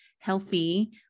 healthy